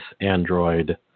android